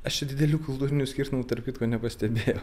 aš čia didelių kultūrinių skirtumų tarp kitko nepastebėjau